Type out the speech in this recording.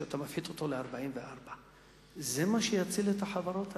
מפחית מ-46% ל-44% היא מה שיציל את החברות הללו?